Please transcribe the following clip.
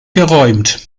geräumt